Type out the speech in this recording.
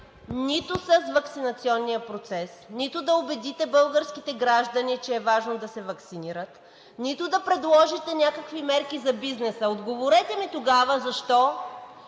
нито с ваксинационния процес, нито да убедите българските граждани, че е важно да се ваксинират, нито да предложите някакви мерки за бизнеса?! Отговорете ми тогава: защо